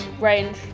range